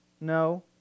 No